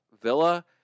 Villa